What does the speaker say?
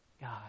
God